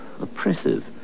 oppressive